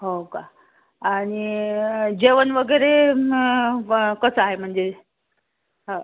हो का आणि जेवण वगैरे कसं आहे म्हणजे हो